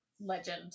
legend